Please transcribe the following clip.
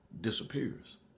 disappears